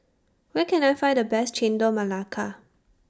Where Can I Find The Best Chendol Melaka